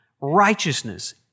righteousness